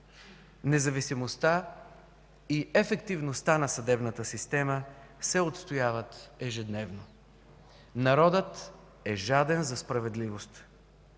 Независимостта и ефективността на съдебната система се отстояват ежедневно. Народът е жаден за справедливост.